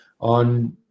on